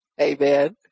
Amen